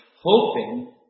hoping